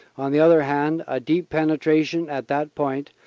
on the other hand, a deep penetra tion at that point,